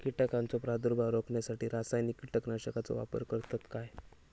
कीटकांचो प्रादुर्भाव रोखण्यासाठी रासायनिक कीटकनाशकाचो वापर करतत काय?